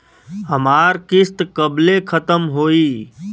हमार किस्त कब ले खतम होई?